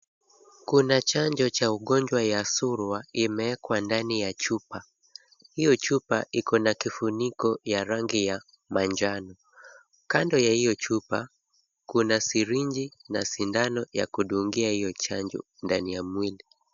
Kuna chanjo cha ugonjwa wa Surua imeekwa ndani ya chupa. Hiyo chupa iko na kifuniko ya rangi ya manjano. Kanso ya hiyo chupa kuna sirinji na sindano ya kudungia hiyo chanjo ndani ya mwili.